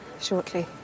shortly